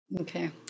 Okay